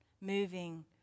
moving